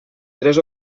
tres